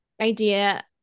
idea